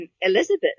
Elizabeth